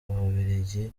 ububiligi